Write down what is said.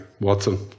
Watson